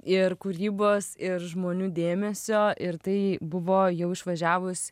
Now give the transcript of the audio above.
ir kūrybos ir žmonių dėmesio ir tai buvo jau išvažiavus